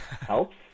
helps